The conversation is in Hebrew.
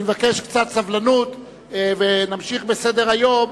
אני מבקש קצת סבלנות, ונמשיך בסדר-היום.